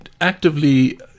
actively